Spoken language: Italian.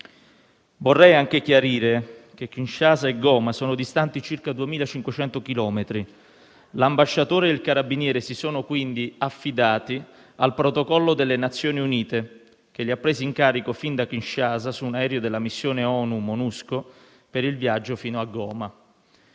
Vorrei anche chiarire che Kinshasa e Goma sono distanti circa 2.500 chilometri. L'ambasciatore e il carabiniere si sono, quindi, affidati al protocollo delle Nazioni Unite, che li ha presi in carico fin da Kinshasa, su un aereo della missione ONU Monusco, per il viaggio fino a Goma.